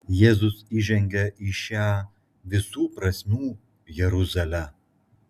jėzus įžengia į šią visų prasmių jeruzalę